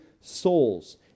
souls